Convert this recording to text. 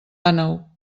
àneu